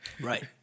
right